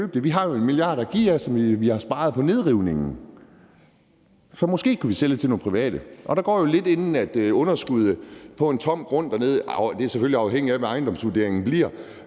Vi har jo 1 mia. kr. at give af, som vi har sparet på nedrivningen. Så måske kunne vi sælge det til nogle private. Hvad angår underskuddet på en tom grund dernede, er det selvfølgelig afhængigt af, hvad ejendomsvurderingen bliver.